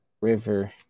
River